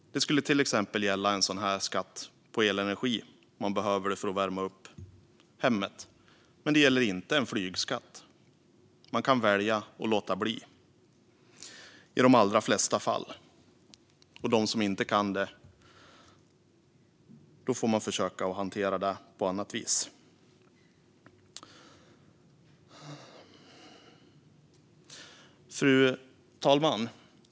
Det skulle till exempel gälla en sådan här skatt på elenergi, som man behöver för att värma upp hemmet. Men det gäller inte en flygskatt. Man kan välja att låta bli i de allra flesta fall. De som inte kan det får försöka hantera det på annat vis. Fru talman!